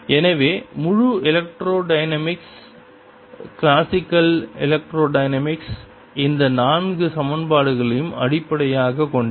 எனவே முழு electrodynamics classical electrodynamics இந்த நான்கு சமன்பாடுகளையும் அடிப்படையாகக் கொண்டது